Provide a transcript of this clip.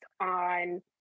on